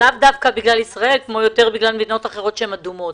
לאו דווקא בגלל ישראל אלא יותר בגלל מדינות אחרות שהן אדומות.